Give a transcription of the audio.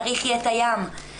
תריחי את הים,